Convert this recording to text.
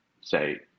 say